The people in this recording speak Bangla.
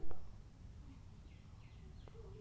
আলু চাষে ধসা রোগ ধরলে আমি কীভাবে এর প্রতিরোধ করতে পারি?